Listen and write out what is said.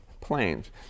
planes